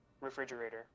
Refrigerator